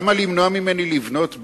למה למנוע ממני לבנות בית?